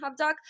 HubDoc